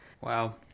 Wow